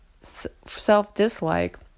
self-dislike